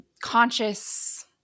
conscious